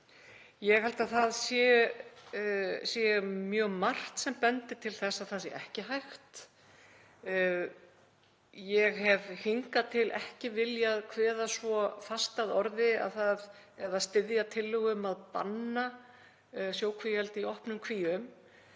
Ég held að það sé mjög margt sem bendi til þess að það sé ekki hægt. Ég hef hingað til ekki viljað kveða svo fast að orði eða styðja tillögu um að banna sjókvíaeldi í opnum kvíum